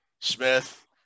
Smith